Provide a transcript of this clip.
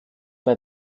bei